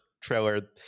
trailer